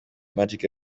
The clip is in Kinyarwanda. magic